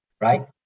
Right